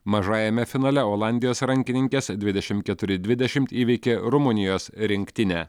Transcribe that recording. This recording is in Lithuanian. mažajame finale olandijos rankininkės dvidešim keturi dvidešimt įveikė rumunijos rinktinę